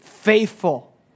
Faithful